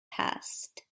passed